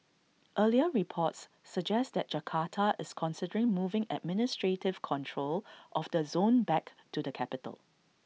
earlier reports suggest that Jakarta is considering moving administrative control of the zone back to the capital